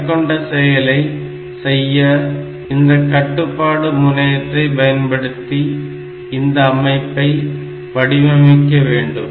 மேற்கண்ட செயலை செய்ய இந்த கட்டுப்பாடு முனையத்தை பயன்படுத்தி இந்த அமைப்பை வடிவமைக்க வேண்டும்